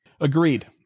Agreed